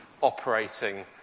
operating